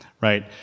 right